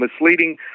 misleading